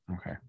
Okay